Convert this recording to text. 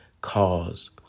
cause